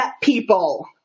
people